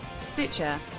Stitcher